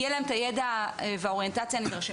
יהיה להם הידע והאוריינטציה הנדרשים.